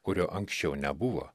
kurio anksčiau nebuvo